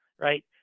right